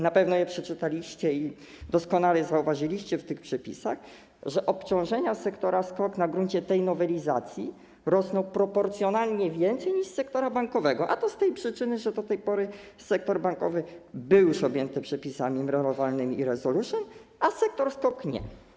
Na pewno je przeczytaliście i zauważyliście w tych przepisach, że obciążenia sektora SKOK na gruncie tej nowelizacji rosną proporcjonalnie więcej niż sektora bankowego, a to z tej przyczyny, że do tej pory sektor bankowy był już objęty przepisami MREL-owalnymi i resolution, a sektor SKOK nie.